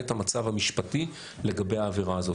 את המצב המשפטי לגבי העבירה הזאת.